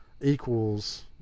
equals